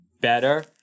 better